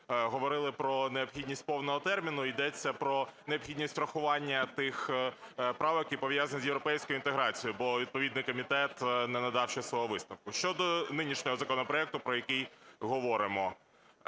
говорили про необхідність повного терміну, йдеться про необхідність врахування тих правок, які пов'язані з європейською інтеграцією, бо відповідний комітет не надав ще свого висновку. Щодо нинішнього законопроекту, про який говоримо.